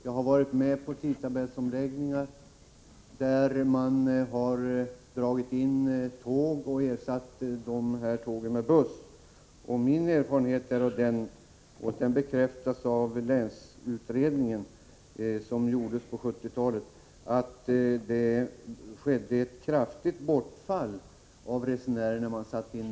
Jag har varit med om tidtabellsomläggningar, där tåg har dragits in och ersatts med bussar. Min erfarenhet är den — och den bekräftas av länsutredningen som gjordes på 1970-talet — att det skedde ett kraftigt bortfall av resenärer när bussarna sattes in.